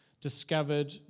discovered